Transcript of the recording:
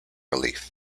relief